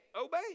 obey